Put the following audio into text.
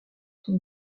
sont